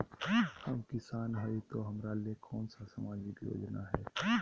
हम किसान हई तो हमरा ले कोन सा सामाजिक योजना है?